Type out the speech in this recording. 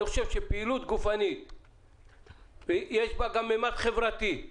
בפעילות גופנית יש גם ממד חברתי,